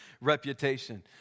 reputation